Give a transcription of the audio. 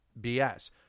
BS